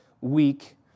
week